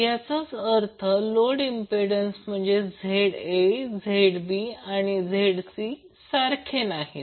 याचाच अर्थ load impedance म्हणजेच ZA ZB आणि ZC सारखे नाहीत